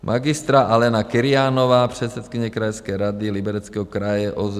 Magistra Alena Kyrianová, předsedkyně krajské rady Libereckého kraje OSZSP.